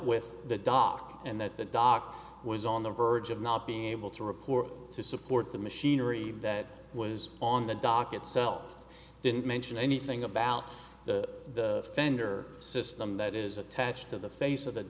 with the dock and that the dock was on the verge of not being able to report to support the machinery that was on the dock itself didn't mention anything about the fender system that is attached to the face of the